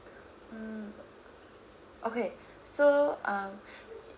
mm okay so um